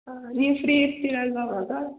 ಹಾಂ ನೀವು ಫ್ರೀ ಇರ್ತೀರಲ್ಲವ ಅವಾಗ